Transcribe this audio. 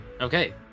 Okay